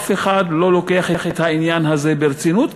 אף אחד לא לוקח את העניין הזה ברצינות,